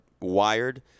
wired